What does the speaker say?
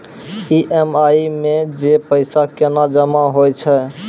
EMI मे जे पैसा केना जमा होय छै?